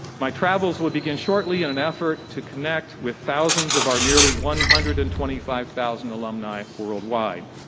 my travels will begin shortly in an effort to connect with thousands of our nearly one hundred and twenty five thousand alumni worldwide.